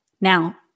Now